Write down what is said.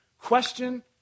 Question